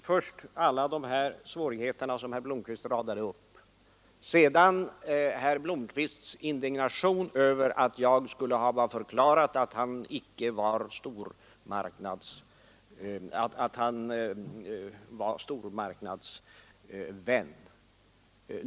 Herr talman! Först radade herr Blomkvist upp alla de här svårigheterna. Sedan uttalade han sin indignation över att jag skulle ha förklarat att han var stormarknadsvän.